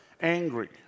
angry